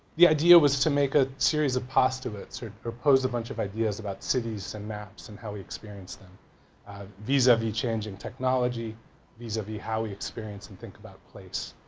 the idea was to make a series of postulates or propose a bunch of ideas about cities and maps and how we experienced them visa vie changing technology visa vie how we experience and think about a place.